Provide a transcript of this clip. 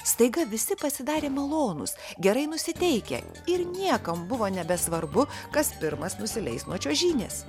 staiga visi pasidarė malonūs gerai nusiteikę ir niekam buvo nebesvarbu kas pirmas nusileis nuo čiuožynės